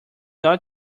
not